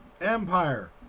empire